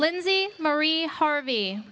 lindsay marie harvey